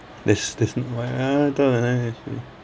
that's that's